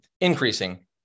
increasing